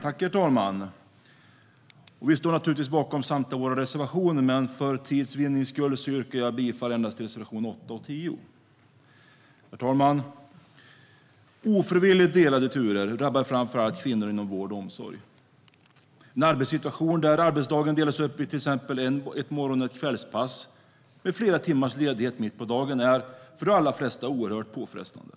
Herr talman! Vi står naturligtvis bakom samtliga våra reservationer, men för tids vinnande yrkar jag endast bifall till reservationerna 8 och 10. Herr talman! Ofrivilligt delade turer drabbar framför allt kvinnor inom vård och omsorg. En arbetssituation där arbetsdagen delas upp i till exempel ett morgon och ett kvällspass, med flera timmars ledighet mitt på dagen, är för de allra flesta oerhört påfrestande.